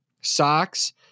Socks